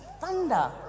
Thunder